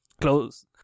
Close